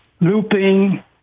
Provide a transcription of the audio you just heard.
looping